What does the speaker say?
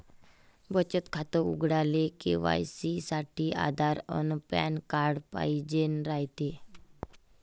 बचत खातं उघडाले के.वाय.सी साठी आधार अन पॅन कार्ड पाइजेन रायते